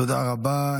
תודה רבה.